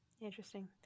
Interesting